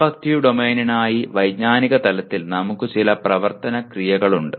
affective ഡൊമെയ്നിനായി വൈജ്ഞാനിക തലത്തിൽ നമുക്ക് ചില പ്രവർത്തന ക്രിയകൾ ഉണ്ട്